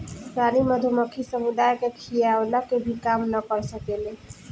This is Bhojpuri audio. रानी मधुमक्खी समुदाय के खियवला के भी काम ना कर सकेले